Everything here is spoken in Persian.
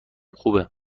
خوبه